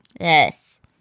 Yes